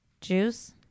Juice